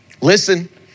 listen